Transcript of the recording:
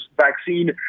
vaccine